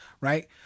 right